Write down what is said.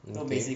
okay